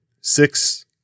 six